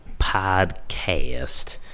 podcast